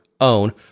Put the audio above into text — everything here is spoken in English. own